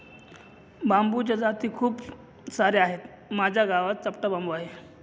बांबूच्या जाती खूप सार्या आहेत, माझ्या गावात चपटा बांबू आहे